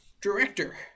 Director